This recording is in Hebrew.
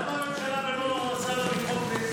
למה הממשלה ולא השר לביטחון פנים?